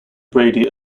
brady